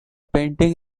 painting